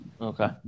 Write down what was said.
Okay